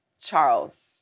Charles